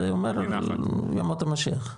זה אומר "ימות המשיח".